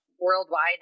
worldwide